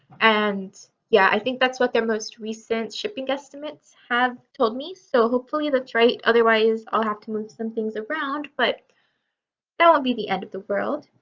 and yeah i think that's what their most recent shipping estimates have told me so hopefully that's right otherwise i'll have to move some things around but that won't be the end of the world.